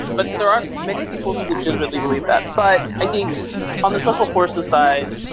but there are many people who legitimately believe that. but i think that's given the special force aside.